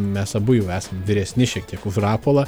mes abu jau esam vyresni šiek tiek už rapolą